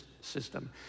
system